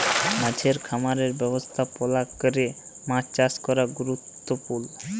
মাছের খামারের ব্যবস্থাপলা ক্যরে মাছ চাষ ক্যরা গুরুত্তপুর্ল